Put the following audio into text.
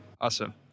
Awesome